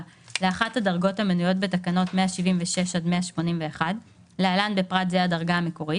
לאחת הדרגות המנויות בתקנות 176 עד 181 (להלן בפרט זה- הדרגה המקורית)